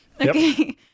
Okay